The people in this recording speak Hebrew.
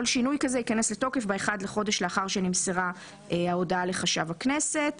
כל שינוי כזה ייכנס לתוקף ב-1 לחודש לאחר שנמסרה ההודעה לחשב הכנסת